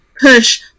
push